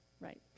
right